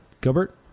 Gilbert